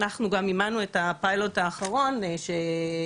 אנחנו גם מימנו את הפיילוט האחרון שעליו